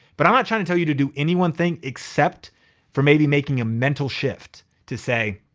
but i'm not trying to tell you to do any one thing except for maybe making a mental shift to say,